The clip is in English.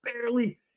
barely